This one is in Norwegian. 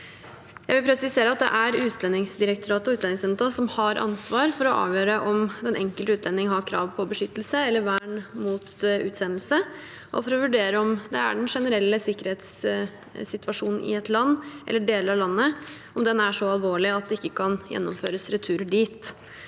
Jeg vil presisere at det er Utlendingsdirektoratet og Utlendingsnemnda som har ansvar for å avgjøre om den enkelte utlending har krav på beskyttelse eller vern mot utsendelse, og for å vurdere om den generelle sikkerhetssituasjon i et land eller i deler av landet er så alvorlig at det ikke kan gjennomføres retur dit.